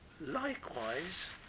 Likewise